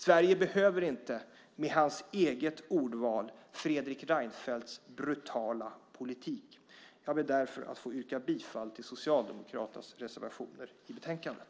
Sverige behöver inte, med Fredrik Reinfeldts eget ordval, hans brutala politik! Jag ber därför att få yrka bifall till Socialdemokraternas reservationer i betänkandet.